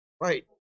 Right